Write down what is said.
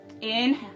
Inhale